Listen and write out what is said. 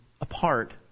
apart